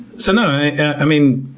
so no, i mean,